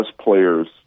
players